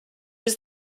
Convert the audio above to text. was